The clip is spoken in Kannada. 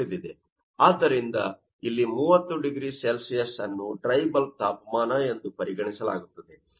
ಆದ್ದರಿಂದ ಇಲ್ಲಿ 30 0C ಅನ್ನು ಡ್ರೈ ಬಲ್ಬ್ ತಾಪಮಾನ ಎಂದು ಪರಿಗಣಿಸಲಾಗುತ್ತದೆ